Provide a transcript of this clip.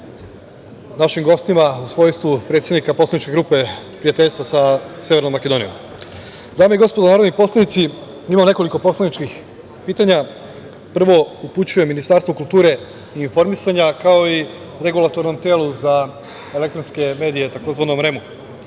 i gospodo narodni poslanici, imam nekoliko poslaničkih pitanja. Prvo upućujem Ministarstvu kulture i informisanja, kao i Regulatornom telu za elektronske medije, tzv. REM-u.